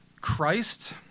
Christ